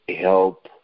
help